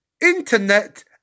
internet